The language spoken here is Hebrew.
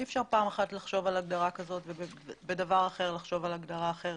אי אפשר פעם אחת לחשוב על הגדרה כזאת ובדבר אחר לחשוב על הגדרה אחרת.